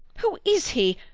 who is he?